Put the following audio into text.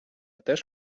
теж